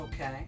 okay